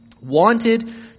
wanted